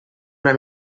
una